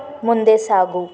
ಮುಂದೆ ಸಾಗು